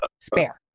Spare